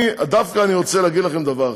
דווקא אני רוצה להגיד לכם דבר אחד.